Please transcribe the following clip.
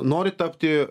nori tapti